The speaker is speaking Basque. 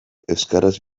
euskaraz